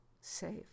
safe